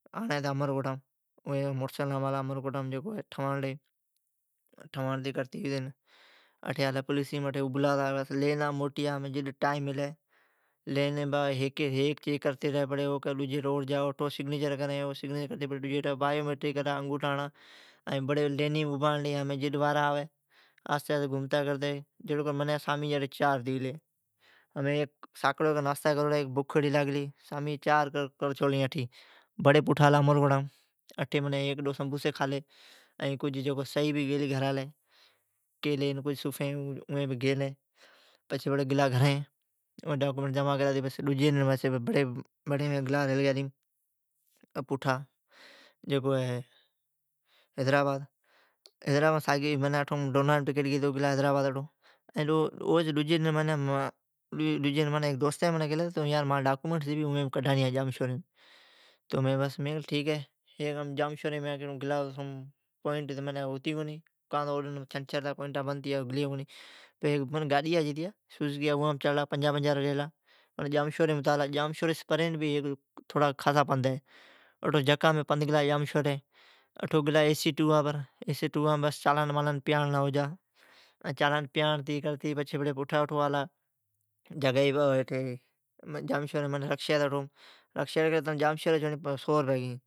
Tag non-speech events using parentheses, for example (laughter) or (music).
آڑین ھتی امرکوٹام۔ ٹھواڑنین ھتین امرکوٹام۔ امرکوٹام ٹھواڑتی کرتی اٹھی ابھلا ھتا پولیسیم۔ لینا موٹیا ھتیا۔ ھیک چیک کرتی ری او کی اٹھو سگنیچر کرا اٹھو انگوٹھا ھڑان بایومیٹرک کرا اٹھو سگنیچر کرا اٹھو سگنیچر کرا اٹھو انگوٹھا ھڑان۔ لینیم ابھاڑلا منین جھڑو کر سامیجی چار ھتی گلی۔ بکھ بھی ایڑی لاگلی ھتی ارین امرکوٹام سموسی کھلی ائین ٹابران لی شئی گھلی صوفین کیلی ڈجی۔ جمع کراتی گلا گھرین ائین ڈجی ڈن بڑی گلا (hesitation) حیدرآباد۔ ڈھورناریم ٹکیٹ کڈھاتی جائیلا پلا دوستی کیلی مانجی ڈاکیومینٹ ھی ڈھورنارین اوی کڈھانی آیو جامشوریم۔ پوئیٹ منا ھتی کونی، سوسکیام چڑلا پنجاھ پنجاھ رپیا ڈیلا جامشوریم اترلا۔ یکا پند گلا اٹھو گلا ای سی ٹوا بر چالان پیاڑتی پوٹھا بڑی اٹھو آلا۔ رکشاڑی کیلی تانٹھ سئو رپیا گیئین ائین جامشوری چھوڑین سو رپیہ گیئین۔